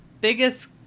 biggest